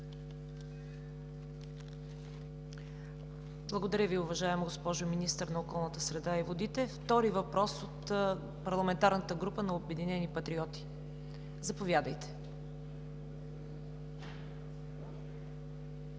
Благодаря Ви, уважаема госпожо Министър на околната среда и водите. Втори въпрос от Парламентарната група на Обединените патриоти. Заповядайте, господин